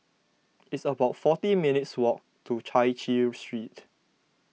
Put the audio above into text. it's about forty minutes' walk to Chai Chee Street